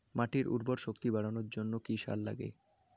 মাটির উর্বর শক্তি বাড়ানোর জন্য কি কি সার লাগে?